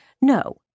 No